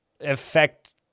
affect